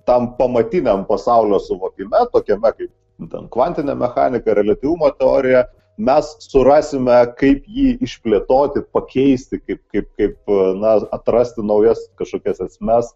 tam pamatiniam pasaulio suvokime tokiame kaip nu ten kvantinė mechanika reliatyvumo teorija mes surasime kaip jį išplėtoti pakeisti kaip kaip kaip na atrasti naujas kažkokias esmes